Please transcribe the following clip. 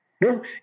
No